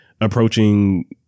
approaching